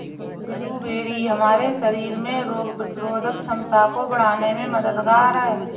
blueberry हमारे शरीर में रोग प्रतिरोधक क्षमता को बढ़ाने में मददगार है